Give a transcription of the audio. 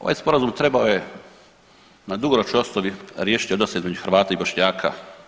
Ovaj sporazum trebao je na dugoročnoj osnovi riješiti odnose između Hrvata i Bošnjaka.